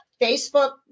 Facebook